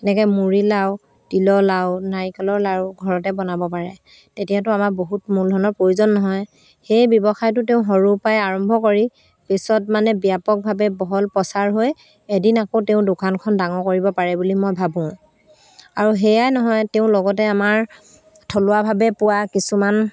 এনেকৈ মুড়ি লাও তিলৰ লাও নাৰিকলৰ লাৰু ঘৰতে বনাব পাৰে তেতিয়াতো আমাৰ বহুত মূলধনৰ প্ৰয়োজন নহয় সেই ব্যৱসায়টো তেওঁ সৰু পাই আৰম্ভ কৰি পিছত মানে ব্যাপকভাৱে বহল প্ৰচাৰ হৈ এদিন আকৌ তেওঁ দোকানখন ডাঙৰ কৰিব পাৰে বুলি মই ভাবোঁ আৰু সেয়াই নহয় তেওঁ লগতে আমাৰ থলুৱাভাৱে পোৱা কিছুমান